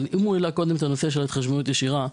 אבל אם הוא העלה קודם את הנושא של ההתחשבנות הישירה,